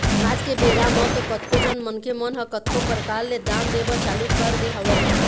आज के बेरा म तो कतको झन मनखे मन ह कतको परकार ले दान दे बर चालू कर दे हवय